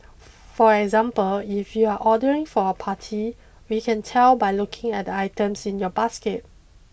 for example if you're ordering for a party we can tell by looking at the items in your basket